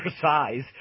size